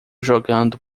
jogando